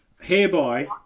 hereby